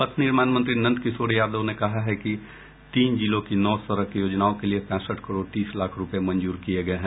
पथ निर्माण मंत्री नंदकिशोर यादव ने कहा है कि तीन जिलों की नौ सड़क योजनाओं के लिए पैंसठ करोड़ तीस लाख रूपये मंजूर किये गये हैं